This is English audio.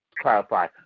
clarify